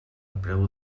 preu